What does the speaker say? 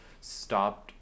stopped